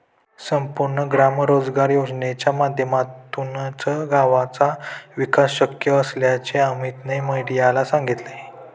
संपूर्ण ग्राम रोजगार योजनेच्या माध्यमातूनच गावाचा विकास शक्य असल्याचे अमीतने मीडियाला सांगितले